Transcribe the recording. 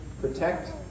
protect